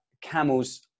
camels